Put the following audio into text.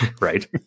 Right